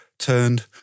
turned